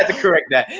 ah correct that.